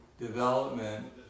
development